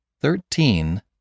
thirteen